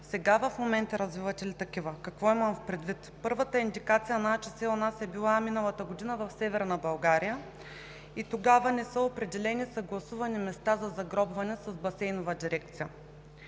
Сега в момента развивате ли такива? Какво имам предвид? Първата индикация на АЧС у нас е била миналата година в Северна България. Тогава не са определени съгласувани места за загробване с Басейнова дирекция